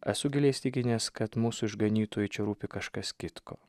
esu giliai įsitikinęs kad mūsų išganytojui čia rūpi kažkas kitko